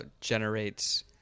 generates